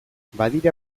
badira